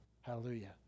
Hallelujah